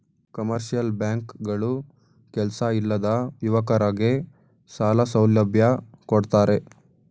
commercial bank ಗಳು ಕೆಲ್ಸ ಇಲ್ಲದ ಯುವಕರಗೆ ಸಾಲ ಸೌಲಭ್ಯ ಕೊಡ್ತಾರೆ